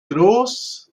groß